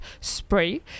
spray